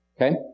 Okay